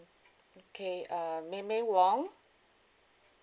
okay uh mei mei wong